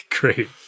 great